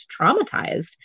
traumatized